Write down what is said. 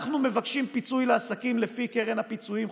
אנחנו מבקשים פיצוי לעסקים לפי קרן הפיצויים,